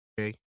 Okay